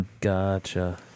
Gotcha